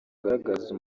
agaragaze